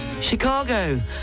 Chicago